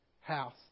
house